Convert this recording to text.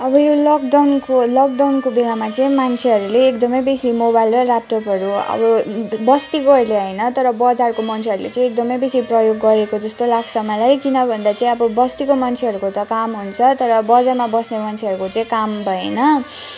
अब यो लकडउनको लकडउनको बेलामा चाहिँ मान्छेहरूले एकदमै बेसी मोबाइल र ल्यापटपहरू अब बस्तीकोहरूले होइन तर बजारको मन्छेहरूले चाहिँ एकदमै बेसी प्रयोग गरेको जस्तो लाग्छ मलाई किन भन्दा चाहिँ अब बस्तीको मन्छेहरूको त काम हुन्छ तर बजारमा बस्ने मन्छेहरूको चाहिँ काम भएन